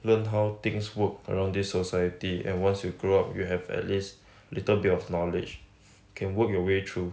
learn how things work around this society and once you grow up you have at least little bit of knowledge can work your way through